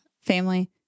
family